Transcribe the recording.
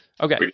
Okay